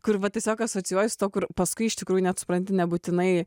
kur va tiesiog asocijuojasi kur paskui iš tikrųjų net supranti nebūtinai